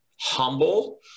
humble